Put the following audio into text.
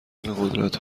قدرت